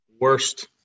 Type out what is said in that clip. worst